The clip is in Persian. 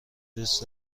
دوست